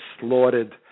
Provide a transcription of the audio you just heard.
slaughtered